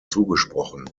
zugesprochen